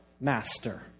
Master